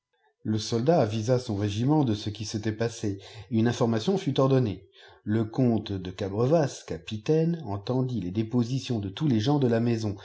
le soldat avisa son régiment de ce qui s'était passé et une in formation fut ordonnée le comte de gabrevas capitaine entendit les dépositions de tous les gens de la maison